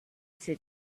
sit